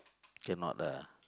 cannot lah